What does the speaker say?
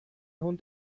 hund